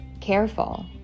careful